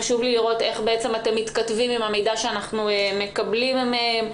חשוב לי לראות איך בעצם אתם מתכתבים עם המידע שאנחנו מקבלים מהם.